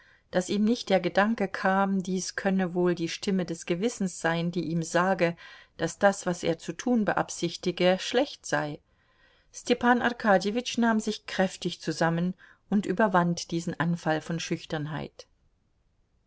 daß ihm nicht der gedanke kam dies könne wohl die stimme des gewissens sein die ihm sage daß das was er zu tun beabsichtige schlecht sei stepan arkadjewitsch nahm sich kräftig zusammen und überwand diesen anfall von schüchternheit